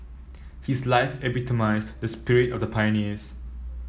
his life epitomised the spirit of the pioneers